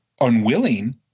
unwilling